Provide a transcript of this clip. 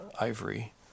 Ivory